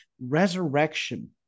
Resurrection